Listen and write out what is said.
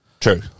True